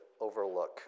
overlook